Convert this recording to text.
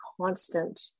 constant